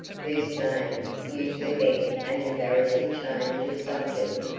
whose name usually meant an embarrassing change of subject,